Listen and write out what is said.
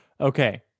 Okay